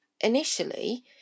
initially